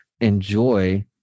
enjoy